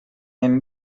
hem